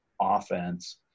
offense